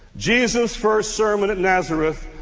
jesus' first sermon at nazareth.